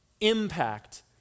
impact